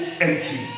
empty